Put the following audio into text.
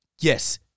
yes